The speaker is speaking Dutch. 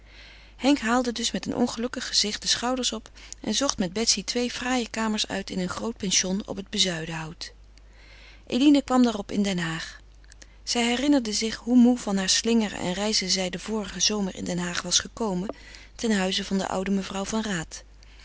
henk haalde dus met een ongelukkig gezicht de schouders op en zocht met betsy twee fraaie kamers uit in een groot pension op het bezuidenhout eline kwam daarop in den haag zij herinnerde zich hoe moê van haar slingeren en reizen zij den vorigen zomer in den haag was gekomen ten huize der oude mevrouw van raat